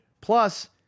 Plus